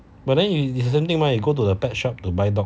but then it's the same thing mah you go to the pet shop to buy dog